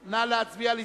נא להצביע.